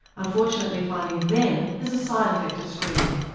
unfortunately finding them is a side effect of screening.